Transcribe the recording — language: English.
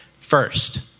First